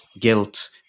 guilt